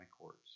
courts